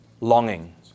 longing